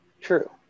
True